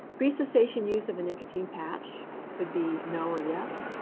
pre-cessation use of a nicotine patch could be no or yes.